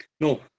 no